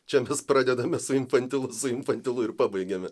čia mes pradedame su infantilu su infantilu ir pabaigiame